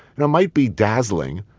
you know might be dazzling,